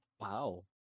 Wow